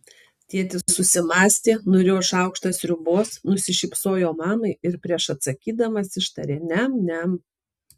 tėtis susimąstė nurijo šaukštą sriubos nusišypsojo mamai ir prieš atsakydamas ištarė niam niam